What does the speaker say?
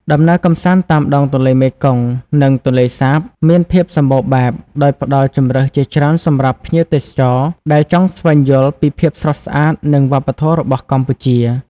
ដំណើរកម្សាន្តតាមដងទន្លេមេគង្គ និងទន្លេសាប មានភាពសម្បូរបែប ដោយផ្តល់ជម្រើសជាច្រើនសម្រាប់ភ្ញៀវទេសចរ ដែលចង់ស្វែងយល់ពីភាពស្រស់ស្អាត និងវប្បធម៌របស់កម្ពុជា។